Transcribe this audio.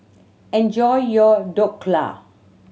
enjoy your Dhokla